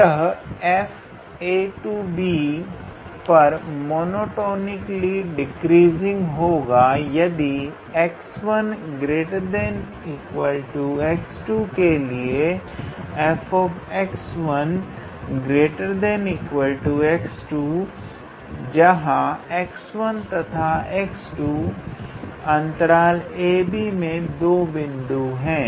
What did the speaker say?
अतः 𝑓 ab पर monotonically decreasing होगा यदि 𝑥1 ≥ 𝑥2के लिए 𝑓𝑥1 ≥ 𝑓𝑥2 जहां 𝑥1 तथा 𝑥2 ab में 2 बिंदु है